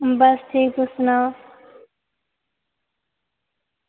बस ठीक तुस सनाओ